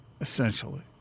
essentially